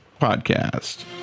podcast